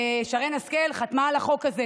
חבר הכנסת אזולאי, בבקשה.